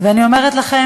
ואני אומרת לכם,